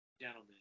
gentlemen